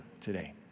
today